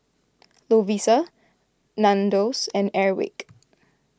Lovisa Nandos and Airwick